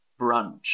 brunch